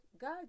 God